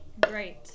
Great